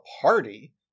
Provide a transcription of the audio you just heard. party